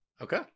Okay